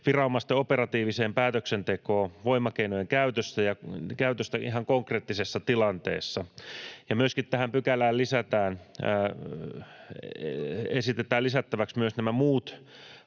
viranomaisten operatiiviseen päätöksentekoon voimakeinojen käytöstä voidaan katsoa ihan konkreettisessa tilanteessa. Ja myöskin tähän pykälään esitetään lisättäväksi nämä muut